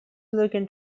looking